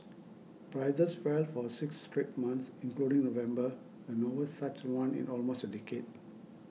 prices fell for six straight months including November the longest such run in almost a decade